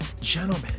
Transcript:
gentlemen